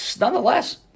nonetheless